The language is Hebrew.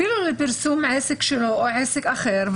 אפילו לפרסום עסק שלו או עסק אחר,